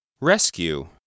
Rescue